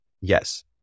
yes